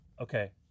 Okay